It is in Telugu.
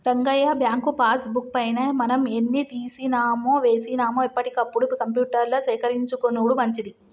రంగయ్య బ్యాంకు పాస్ బుక్ పైన మనం ఎన్ని తీసినామో వేసినాము ఎప్పటికప్పుడు కంప్యూటర్ల సేకరించుకొనుడు మంచిది